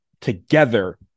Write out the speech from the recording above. together